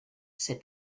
said